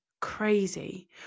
crazy